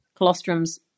colostrums